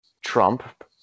Trump